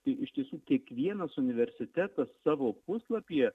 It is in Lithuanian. tai iš tiesų kiekvienas universitetas savo puslapyje